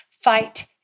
Fight